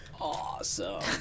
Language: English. awesome